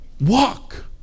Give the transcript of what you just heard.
walk